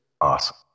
Awesome